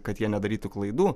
kad jie nedarytų klaidų